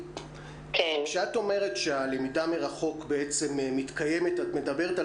כשאת אומרת שהלמידה מרחוק בעצם מתקיימת את מדברת על